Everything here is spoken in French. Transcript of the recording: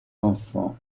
enfants